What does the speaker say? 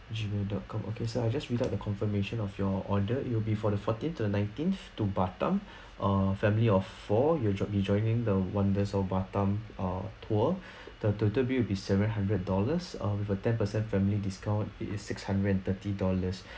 G mail dot com okay so I'll just read out the confirmation of your order it will be for the fourteen to the nineteenth to batam err family of four you be joining the wonders of batam err tour the total bill will be seven hundred dollars um with a ten percent family discount it is six hundred and thirty dollars